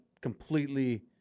completely